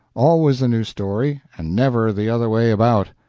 always a new story, and never the other way about.